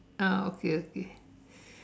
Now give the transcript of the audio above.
ah okay okay